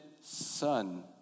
son